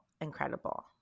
incredible